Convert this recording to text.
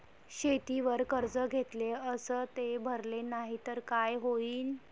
शेतीवर कर्ज घेतले अस ते भरले नाही तर काय होईन?